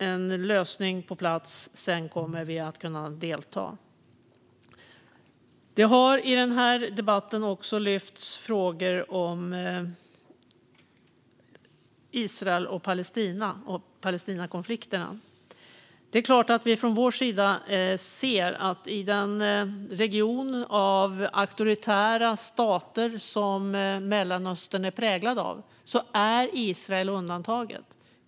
En lösning på plats; sedan kommer vi att kunna delta. I debatten har det också lyfts upp frågor om Israel-Palestina-konflikten. Det är klart att vi från vår sida ser att i en region som Mellanöstern, präglad av auktoritära stater, är Israel undantaget.